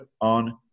on